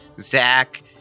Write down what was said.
Zach